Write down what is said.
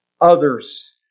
others